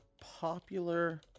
popular